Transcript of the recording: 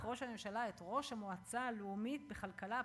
ראש הממשלה את ראש המועצה הלאומית לכלכלה,